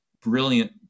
brilliant